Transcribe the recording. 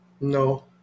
No